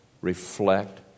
reflect